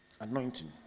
anointing